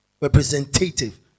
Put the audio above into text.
Representative